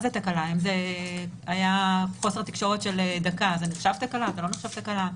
אם היה חוסר תקשורת של דקה, זה נחשב תקלה?